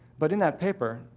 but in that paper,